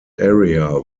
area